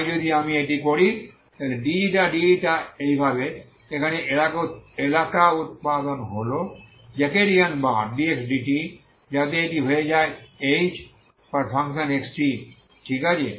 তাই যদি আমি এটি করি dξ dη এইভাবে এখানে এলাকা উপাদান হল জ্যাকোবিয়ান বার dx dt যাতে এটি হয়ে যায় h x t ঠিক আছে